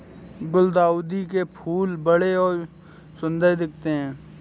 गुलदाउदी के फूल बड़े और सुंदर दिखते है